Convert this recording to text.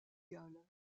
galles